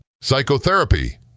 Psychotherapy